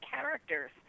characters